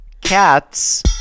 Cats